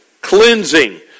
cleansing